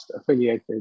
affiliated